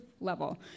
level